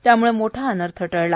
त्यामुळे मोठा अनर्थ टळला